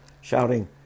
shouting